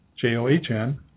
J-O-H-N